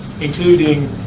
including